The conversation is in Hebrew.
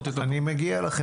אז אני אחזור על מה שאתה אמרת.